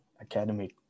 academy